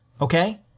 Okay